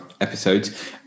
episodes